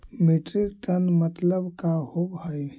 Metric ton मतलब का होव हइ?